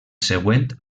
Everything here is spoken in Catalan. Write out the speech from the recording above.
següent